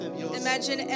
imagine